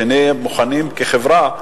שנהיה מוכנים לו כחברה,